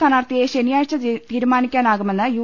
സ്ഥാനാർഥിയെ ശനിയാഴ്ച തീരുമാനിക്കാനാകുമെന്ന് യു